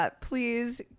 Please